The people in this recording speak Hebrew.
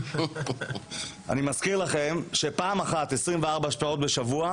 אני מזכיר לכם שפעם אחת 24 שעות בשבוע,